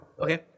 Okay